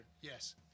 Yes